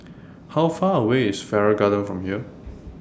How Far away IS Farrer Garden from here